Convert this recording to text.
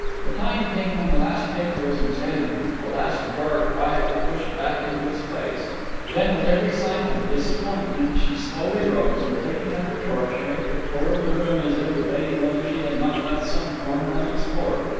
the time came when the last paper was examined, the last drawer quietly pushed back into its place then, with every sign of disappointment, she slowly rose, and taking up her torch made the tour of the room as if debating whether she had not left some corner unexplored.